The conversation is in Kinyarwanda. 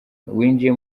winjiye